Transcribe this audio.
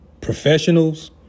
Professionals